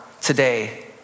today